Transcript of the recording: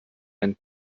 ein